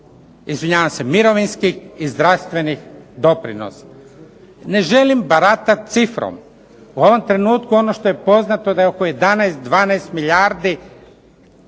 neuplaćenih i mirovinskih i zdravstvenih doprinosa. Ne želim baratat cifrom. U ovom trenutku ono što je poznato je da je oko 11, 12 milijardi